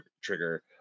trigger